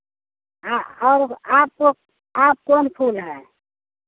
हँ और आब कौन आब कौन फूल है